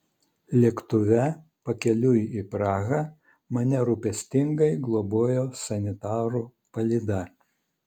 lėktuve pakeliui į prahą mane rūpestingai globojo sanitarų palyda